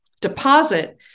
deposit